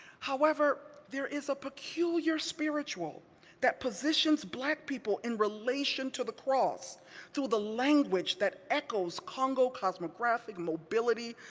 however, there is a peculiar spiritual that positions black people in relation to the cross through the language that echoes kongo cosmographic mobility,